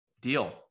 deal